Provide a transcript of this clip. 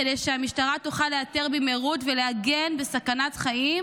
כדי שהמשטרה תוכל לאתר במהירות ולהגן בסכנת חיים,